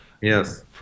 Yes